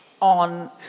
on